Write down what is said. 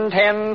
ten